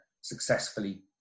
successfully